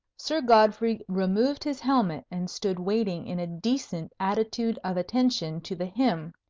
sir godfrey removed his helmet, and stood waiting in a decent attitude of attention to the hymn,